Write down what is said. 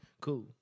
Cool